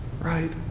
right